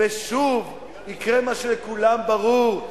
ושוב יקרה מה שלכולם ברור,